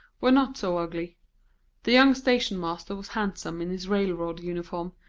were not so ugly the young station-master was handsome in his railroad uniform,